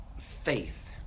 faith